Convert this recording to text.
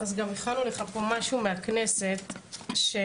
אז גם הכנו לך פה משהו מהכנסת, זה